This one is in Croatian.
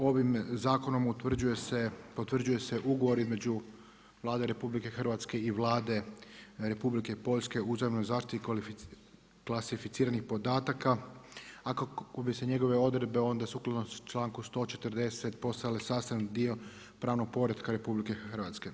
Ovim zakonom potvrđuju se ugovori između Vlade RH i Vlade Republike Poljske o uzajamnoj zaštiti klasificiranih podataka, a kako bi se njegove odredbe onda sukladno članku 140. postale sastavni dio pravnog poretka RH.